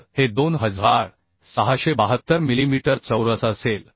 तर हे 2672 मिलीमीटर चौरस असेल